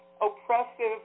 oppressive